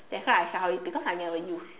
that's why I sell it because I never use